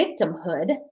victimhood